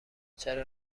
چرا